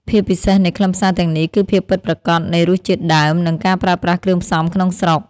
ភាពពិសេសនៃខ្លឹមសារទាំងនេះ គឺភាពពិតប្រាកដនៃរសជាតិដើម និងការប្រើប្រាស់គ្រឿងផ្សំក្នុងស្រុក។